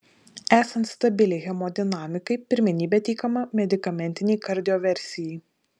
esant stabiliai hemodinamikai pirmenybė teikiama medikamentinei kardioversijai